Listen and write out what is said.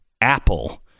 Apple